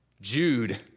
Jude